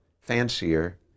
fancier